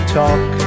talk